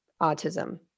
autism